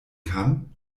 kann